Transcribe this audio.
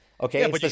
Okay